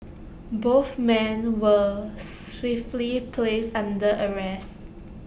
both men were swiftly placed under arrest